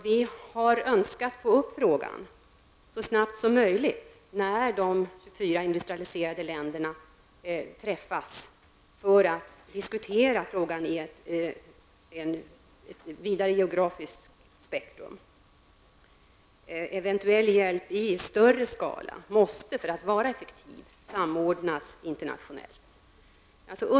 Vi har önskat att frågan skall tas upp så snabbt som möjligt i samband med att de 24 industrialiserade länderna träffas för att diskutera frågan i ett vidare geografiskt spektrum. Eventuell hjälp i större skala måste, för att vara effektiv, samordnas internationellt.